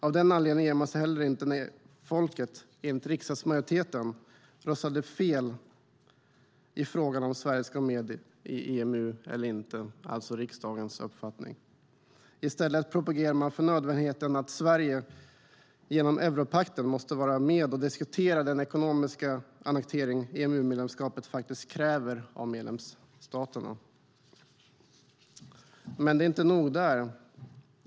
Av den anledningen ger man sig inte heller när folket, enligt riksdagsmajoritetens uppfattning, "röstade fel" i frågan om Sverige skulle gå med i EMU eller ej. I stället propagerar man för nödvändigheten att Sverige genom europakten måste vara med och diskutera den ekonomiska annektering EMU-medlemskapet faktiskt kräver av medlemsstaterna. Men det är inte nog där.